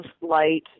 light